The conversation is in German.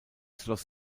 schloss